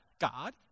God